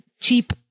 cheap